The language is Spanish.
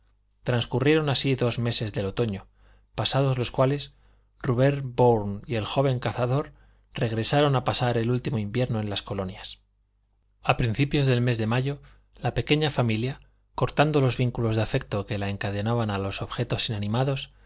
transcurrieron así dos meses del otoño pasados los cuales rubén bourne y el joven cazador regresaron a pasar el último invierno en las colonias a principios del mes de mayo la pequeña familia cortando los vínculos de afecto que la encadenaban a los objetos inanimados